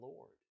Lord